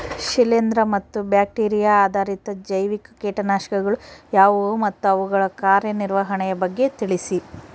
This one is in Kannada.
ಶಿಲೇಂದ್ರ ಮತ್ತು ಬ್ಯಾಕ್ಟಿರಿಯಾ ಆಧಾರಿತ ಜೈವಿಕ ಕೇಟನಾಶಕಗಳು ಯಾವುವು ಮತ್ತು ಅವುಗಳ ಕಾರ್ಯನಿರ್ವಹಣೆಯ ಬಗ್ಗೆ ತಿಳಿಸಿ?